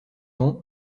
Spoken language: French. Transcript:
ans